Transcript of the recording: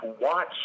watch